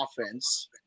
offense